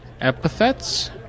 epithets